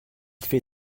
fait